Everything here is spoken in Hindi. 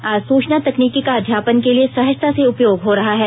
आज सूचना तकनीकी का अध्यापन के लिए सहजता से उपयोग हो रहा है